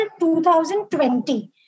2020